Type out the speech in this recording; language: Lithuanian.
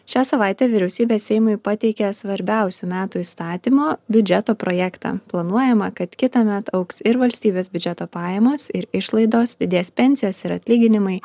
šią savaitę vyriausybė seimui pateikė svarbiausių metų įstatymo biudžeto projektą planuojama kad kitąmet augs ir valstybės biudžeto pajamos ir išlaidos didės pensijos ir atlyginimai